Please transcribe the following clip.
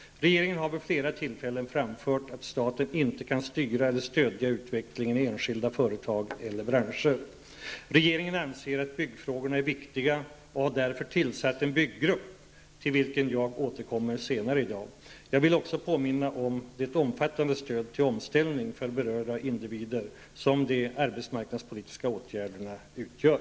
Regeringen har vid flera tillfällen framfört att staten inte kan styra eller stödja utvecklingen i enskilda företag eller branscher. Regeringen anser att byggfrågorna är viktiga och har därför tillsatt en byggrupp, till vilken jag återkommer senare i dag. Jag vill också påminna om det omfattande stöd till omställningen för berörda individer som de arbetsmarknadspolitiska åtgärderna utgör.